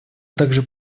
также